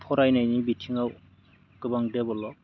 फरायनायनि बिथिङाव गोबां डेभेलप